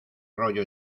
rollo